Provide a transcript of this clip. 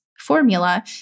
formula